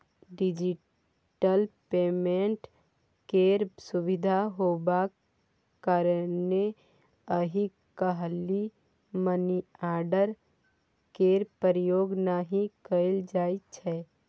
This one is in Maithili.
डिजिटल पेमेन्ट केर सुविधा हेबाक कारणेँ आइ काल्हि मनीआर्डर केर प्रयोग नहि कयल जाइ छै